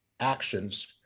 actions